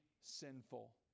sinful